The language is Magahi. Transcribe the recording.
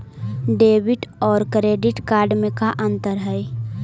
डेबिट और क्रेडिट कार्ड में का अंतर है?